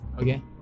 okay